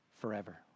forever